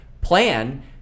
plan